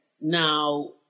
Now